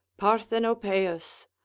parthenopeus